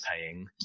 paying